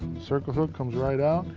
circle hook comes right out.